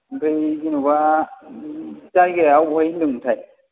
ओमफ्राय जेन'बा जायगाया अब'हाय होनदोंमोनथाय